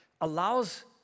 allows